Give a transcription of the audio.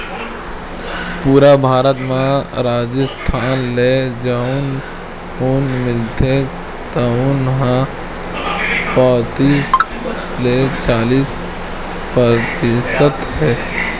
पूरा भारत म राजिस्थान ले जउन ऊन मिलथे तउन ह पैतीस ले चालीस परतिसत हे